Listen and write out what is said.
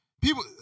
people